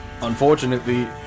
unfortunately